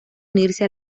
unirse